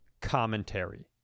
commentary